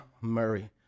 murray